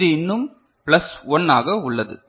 இது இன்னும் பிளஸ் 1 ஆக உள்ளது